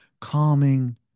calming